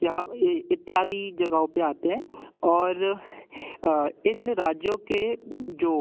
जहाँ इत्यादि जगहों पर आते हैं और इन राज्यों के जो